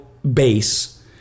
Base